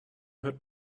hört